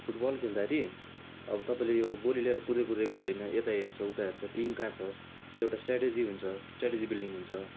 football खेल्दाखेरि अब तपाईँले यो गोली लिएर कुदेको कुदेको त होइन यता हेर्छ उता हेर्छ टिम कहाँ छ त्यो एउटा स्ट्राटिजी हुन्छ स्ट्राटिजी बिल्डिङ हुन्छ